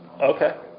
Okay